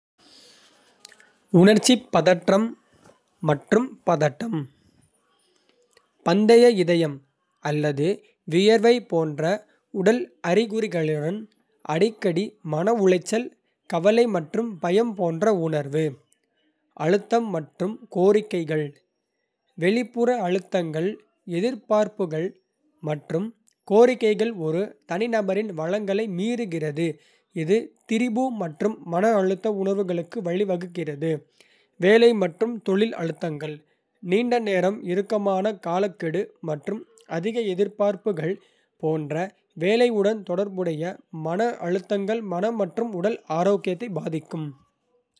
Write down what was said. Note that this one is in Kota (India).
உணர்ச்சிப் பதற்றம் மற்றும் பதட்டம் பந்தய இதயம் அல்லது வியர்வை போன்ற உடல் அறிகுறிகளுடன் அடிக்கடி மன உளைச்சல், கவலை மற்றும் பயம் போன்ற உணர்வு. அழுத்தம் மற்றும் கோரிக்கைகள் வெளிப்புற அழுத்தங்கள், எதிர்பார்ப்புகள் மற்றும் கோரிக்கைகள் ஒரு தனிநபரின் வளங்களை மீறுகிறது, இது திரிபு மற்றும் மன அழுத்த உணர்வுகளுக்கு வழிவகுக்கிறது. வேலை மற்றும் தொழில் அழுத்தங்கள்: நீண்ட நேரம், இறுக்கமான காலக்கெடு மற்றும் அதிக எதிர்பார்ப்புகள் போன்ற வேலையுடன் தொடர்புடைய மன அழுத்தங்கள், மன மற்றும் உடல் ஆரோக்கியத்தை பாதிக்கும்.